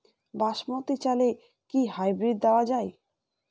বাসমতী চালে কি হাইব্রিড দেওয়া য়ায়?